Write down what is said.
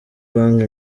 banki